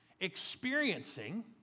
experiencing